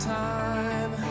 time